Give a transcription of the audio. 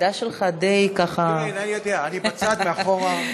העמדה שלך די, ככה, כן, אני יודע, אני בצד מאחורה.